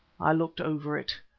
i looked over it.